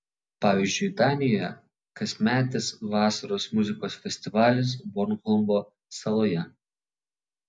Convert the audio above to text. pavyzdžiui danijoje kasmetis vasaros muzikos festivalis bornholmo saloje